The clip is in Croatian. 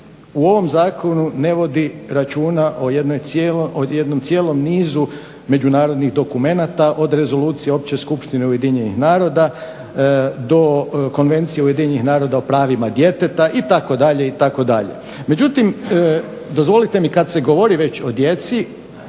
u ovom Zakonu ne vodi računa o jednom cijelom nizu međunarodnih dokumenata od Rezolucije opće skupštine Ujedinjenih naroda do Konvencije Ujedinjenih naroda o pravima djeteta itd. itd. Međutim, dozvolite mi kad se govori već o djeci,